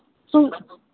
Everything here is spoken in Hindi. तो